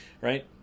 right